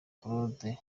claude